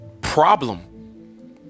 problem